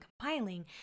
compiling